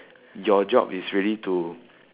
your job is really to